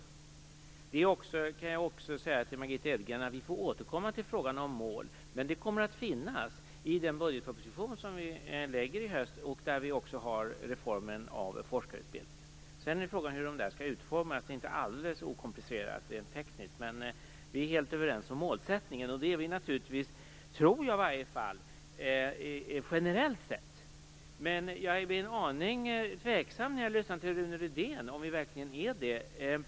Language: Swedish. Till Margitta Edgren kan jag också säga att vi får återkomma till frågan om mål. Det kommer att finnas med i den budgetproposition vi lägger fram i höst, där vi också har med reformen av forskarutbildningen. Sedan är frågan hur utformningen skall bli. Det är inte alldeles okomplicerat rent tekniskt. Men vi är helt överens om målsättningen. Det trodde jag också att vi var generellt sett. Men jag blir en aning tveksam när jag lyssnar till Rune Rydén.